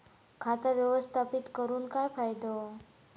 खाता व्यवस्थापित करून काय फायदो?